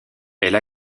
elle